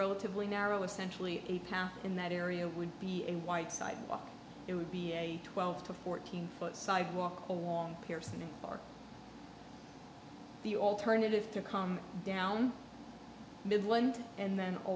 relatively narrow essentially a path in that area would be a white sidewalk it would be a twelve to fourteen foot side walk along pearson and park the alternative to come down midland and then a